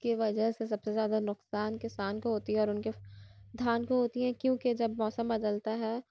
کے وجہ سے سب سے زیادہ نقصان کسان کو ہوتی ہے اور اُن کے دھان کو ہوتی ہے کیوں کہ جب موسم بدلتا ہے